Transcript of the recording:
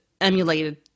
emulated